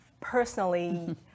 personally